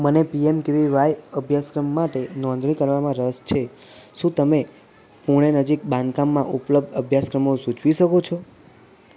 મને પીએમકેવીવાય અભ્યાસક્રમ માટે નોંધણી કરવામાં રસ છે શું તમે પૂણે નજીક બાંધકામમાં ઉપલબ્ધ અભ્યાસક્રમો સૂચવી શકો છો